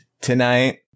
tonight